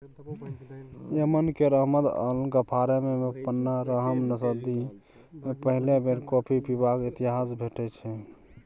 Yemen केर Ahmed al गफ्फारमे पनरहम सदी मे पहिल बेर कॉफी पीबाक इतिहास भेटै छै